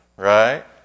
right